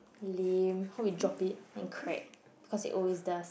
lame hope you drop it and crack because it always does